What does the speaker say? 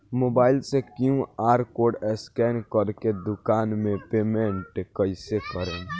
Mobile से QR code scan कर के दुकान मे पेमेंट कईसे करेम?